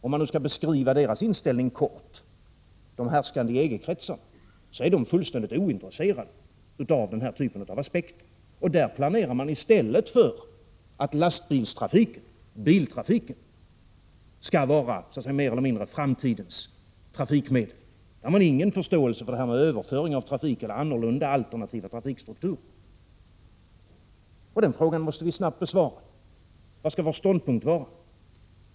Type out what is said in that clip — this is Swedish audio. De härskande i EG-kretsar är, för att i korthet beskriva deras inställning, fullständigt ointresserade av denna typ av aspekter. Inom EG planerar man i stället för att lastbilstrafiken och biltrafiken skall vara framtidens trafikmedel. Där har de ingen förståelse för detta med överföring av trafik till järnväg eller alternativ trafikstruktur. Frågan måste snabbt besvaras. Vad skall vår ståndpunkt vara?